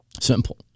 Simple